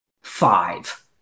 five